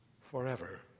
forever